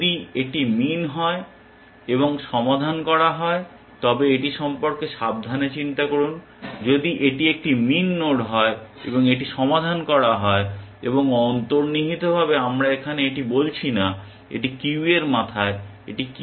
যদি এটি মিন হয় এবং এখন সমাধান করা হয় তবে এটি সম্পর্কে সাবধানে চিন্তা করুন যদি এটি একটি মিন নোড হয় এবং এটি সমাধান করা হয় এবং অন্তর্নিহিতভাবে আমরা এখানে এটি বলছি না এটি কিউয়ের মাথায় এটি কিউয়ের মাথায় আছে